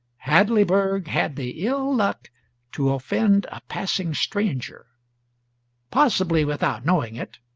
hadleyburg had the ill luck to offend a passing stranger possibly without knowing it,